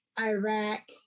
Iraq